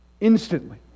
instantly